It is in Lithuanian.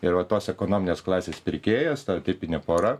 ir va tos ekonominės klasės pirkėjas ta tipinė pora